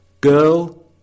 Girl